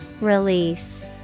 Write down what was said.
Release